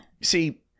See